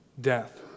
death